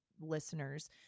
listeners